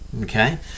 okay